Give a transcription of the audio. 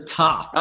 top